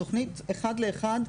התוכנית אחד לאחד,